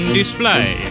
display